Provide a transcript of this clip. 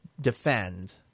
defend